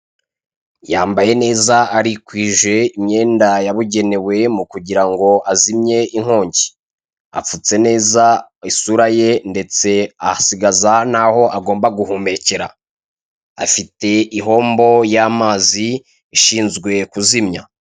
Yambaye neza arikwije imyenda yabugenewe mu kugira ngo azimye inkongi, apfutse neza isura ye ndetse asigaza n'aho agomba guhumekera. Afite ipompo y'amazi ishinzwe kuzimya.